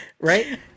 Right